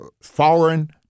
foreign